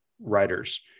writers